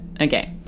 Okay